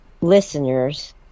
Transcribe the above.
listeners